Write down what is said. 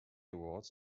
awards